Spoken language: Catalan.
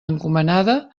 encomanada